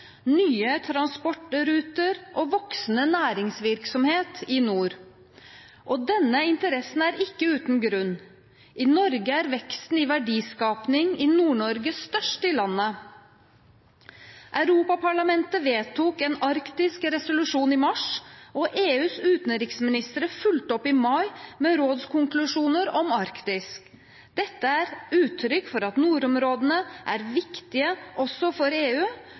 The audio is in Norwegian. nye transportruter og voksende næringsvirksomhet i nord, og denne interessen er ikke uten grunn. I Norge er veksten i verdiskaping størst i Nord-Norge. Europaparlamentet vedtok en arktisk resolusjon i mars, og EUs utenriksministre fulgte opp i mai med rådskonklusjoner om Arktis. Dette er uttrykk for at nordområdene er viktige også for EU,